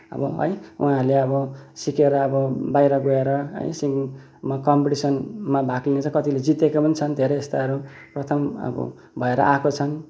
अब है उहाँहरूले अब सिकेर अब बाहिर गएर है सिङ्गिङमा कम्पिटिसनमा भाग लिएर कतिले जितेका पनि छन् धेरै जस्ताहरू प्रथम अब भएर आएको छन्